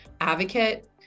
advocate